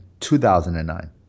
2009